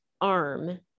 arm